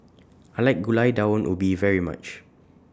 I like Gulai Daun Ubi very much